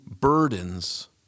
burdens